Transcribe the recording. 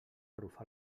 arrufar